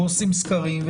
עושים סקרים,